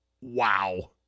Wow